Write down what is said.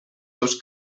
seus